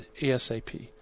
ASAP